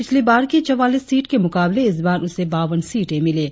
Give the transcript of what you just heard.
पिछली बार की चौवालीस सीट के मुकाबले इस बार उसे बावन सीटें मिलीं